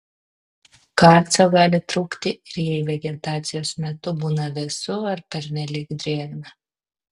kalcio gali trūkti ir jei vegetacijos metu būna vėsu ar pernelyg drėgna